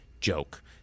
joke